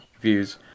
views